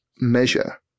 measure